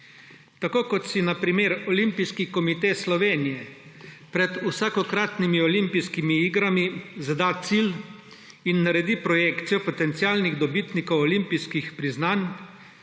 Tako kot si na primer Olimpijski komite Slovenije pred vsakokratnimi olimpijskimi igrami zada cilj in naredi projekcijo potencialnih dobitnikov olimpijskih priznanj,